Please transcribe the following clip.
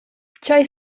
tgei